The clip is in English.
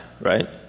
right